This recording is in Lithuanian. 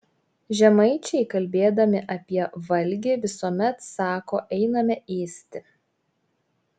žemaičiai kalbėdami apie valgį visuomet sako einame ėsti